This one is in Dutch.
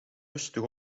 lustig